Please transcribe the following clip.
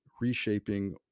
reshaping